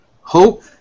Hope